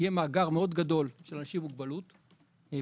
יהיה מאגר מאוד גדול של אנשים עם מוגבלות, בשגרה,